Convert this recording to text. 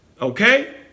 okay